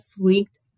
freaked